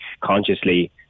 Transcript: consciously